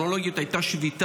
הטכנולוגיות הייתה שביתה.